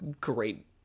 great